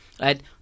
right